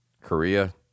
Korea